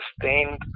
sustained